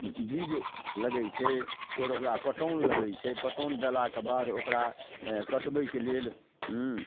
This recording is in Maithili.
बीज लगै छै फेर ओकरा पटौन लगै छै पटौन देलाके बाद ओकरा हँ कटबैके लेल